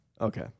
Okay